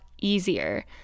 easier